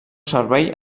servei